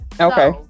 okay